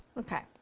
okay,